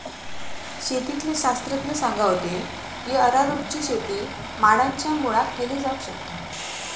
शेतीतले शास्त्रज्ञ सांगा होते की अरारोटची शेती माडांच्या मुळाक केली जावक शकता